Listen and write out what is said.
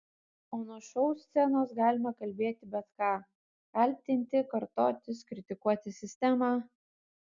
o nuo šou scenos galima kalbėti bet ką kaltinti kartotis kritikuoti sistemą